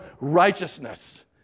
righteousness